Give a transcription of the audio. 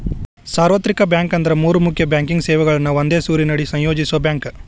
ಸಾರ್ವತ್ರಿಕ ಬ್ಯಾಂಕ್ ಅಂದ್ರ ಮೂರ್ ಮುಖ್ಯ ಬ್ಯಾಂಕಿಂಗ್ ಸೇವೆಗಳನ್ನ ಒಂದೇ ಸೂರಿನಡಿ ಸಂಯೋಜಿಸೋ ಬ್ಯಾಂಕ್